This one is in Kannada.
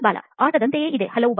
ಬಾಲಾಇದನ್ನು ಅನೇಕ ಮಾಡಿ ಹಲವು ಬಾರಿ